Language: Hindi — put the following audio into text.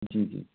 जी जी